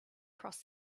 cross